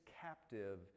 captive